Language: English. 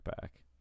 back